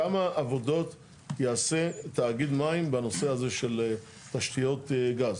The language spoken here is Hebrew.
כמה עבודות יעשה תאגיד מים בנושא הזה של תשתיות גז?